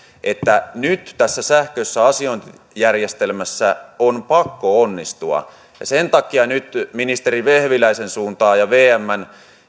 että nyt tässä sähköisessä asiointijärjestelmässä on pakko onnistua sen takia nyt ministeri vehviläisen suuntaan ja vmn